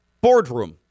Boardroom